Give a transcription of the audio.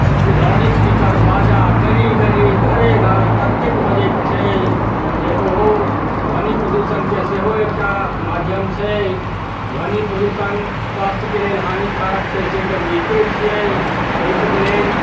से loudspeaker बाजा गली गली घरे घर ततेक बजैत छै जे ओहो ध्वनि प्रदूषणके सेहो एकटा माध्यम छै ध्वनि प्रदूषण स्वास्थयके लेल हानिकारक छै से तऽ बूझिते छियै तैके लेल